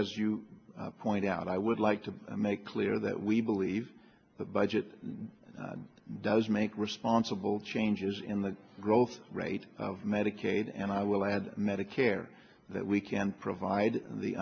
as you point out i would like to make clear that we believe the budget does make responsible changes in the growth rate of medicaid and i will add medicare that we can provide the